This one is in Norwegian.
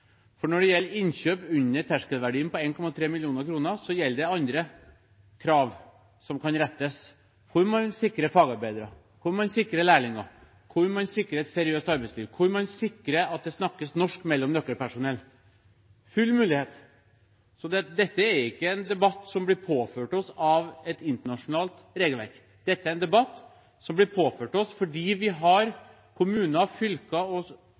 Når det gjelder innkjøp under terskelverdien på 1,3 mill. kr, er det andre krav som kan rettes, der man sikrer fagarbeidere, der man sikrer lærlinger, der man sikrer et seriøst arbeidsliv, og der man sikrer at det snakkes norsk mellom nøkkelpersonell. Det er det full mulighet til. Dette er ikke en debatt som blir påført oss av et internasjonalt regelverk, dette er en debatt som blir påført oss fordi vi har kommuner, fylker og